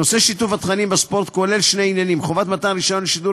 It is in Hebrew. נושא שיתוף התכנים בספורט כולל שני עניינים: חובת מתן רישיון לשידור